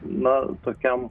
na tokiam